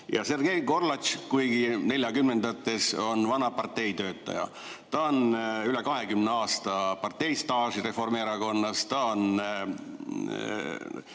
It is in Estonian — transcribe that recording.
Sergei Gorlatš, kuigi neljakümnendates, on vana parteitöötaja. Tal on üle 20 aasta parteistaaži Reformierakonnas, ta on